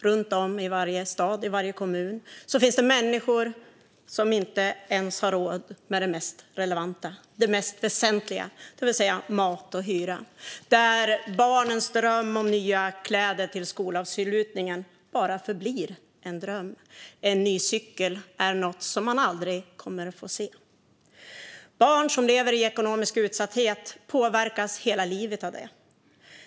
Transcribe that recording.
Runt om i varje stad och varje kommun finns det människor som inte ens har råd med det mest relevanta, det mest väsentliga, det vill säga mat och hyra - familjer där barnens dröm om nya kläder till skolavslutningen förblir bara en dröm och där en ny cykel är något man aldrig kommer att få se. Barn som lever i ekonomisk utsatthet påverkas av det hela livet.